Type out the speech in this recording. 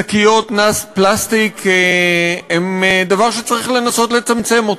שקיות פלסטיק הן דבר שצריך לנסות לצמצם אותו.